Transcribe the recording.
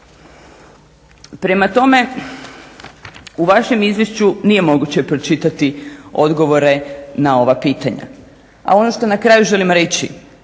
Prema tome, u vašem izvješću nije moguće pročitati odgovore na ova pitanja. A ono što na kraju želim reći